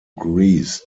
greece